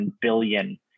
billion